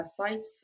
websites